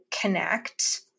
connect